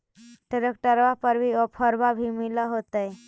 ट्रैक्टरबा पर तो ओफ्फरबा भी मिल होतै?